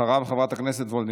אחריו, חברת הכנסת וולדיגר.